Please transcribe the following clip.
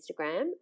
Instagram